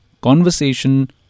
conversation